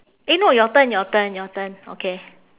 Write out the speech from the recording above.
eh no your turn your turn your turn okay